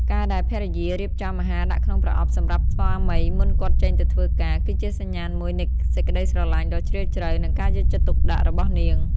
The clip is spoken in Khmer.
ការដែលភរិយារៀបចំអាហារដាក់ក្នុងប្រអប់សម្រាប់ស្វាមីមុនគាត់ចេញទៅធ្វើការ គឺជាសញ្ញាណមួយនៃសេចក្ដីស្រឡាញ់ដ៏ជ្រាលជ្រៅ និងការយកចិត្តទុកដាក់របស់នាង។